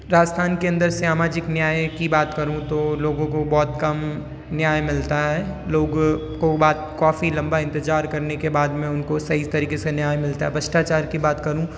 राजस्थान के अंदर सामाजिक न्याय की बात करूँ तो लोगों को बहुत कम न्याय मिलता है लोगों को बाद काफ़ी लम्बा इंतज़ार करने के बाद में उनको सही तरीके से न्याय मिलता है भ्रष्टाचार की बात करूँ